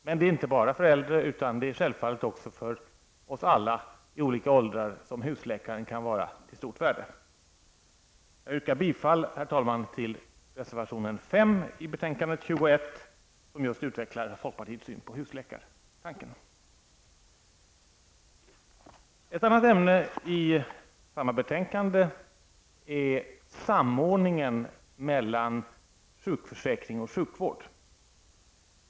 Men det är inte bara för äldre utan för oss alla i olika åldrar som husläkaren kan vara av stort värde. Herr talman! Jag yrkar bifall till reservation nr 5 i betänkande 21, som utvecklar folkpartiets syn på husläkaretanken. Ett annat ämne som tas upp i samma betänkande är samordningen mellan sjukförsäkring och sjukvård.